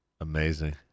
Amazing